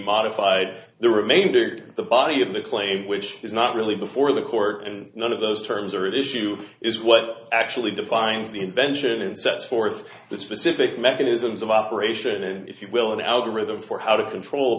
modified the remainder of the body of the claim which is not really before the court and none of those terms are at issue is what actually defines the invention and sets forth the specific mechanisms of operation and if you will the algorithm for how to control the